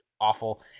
awful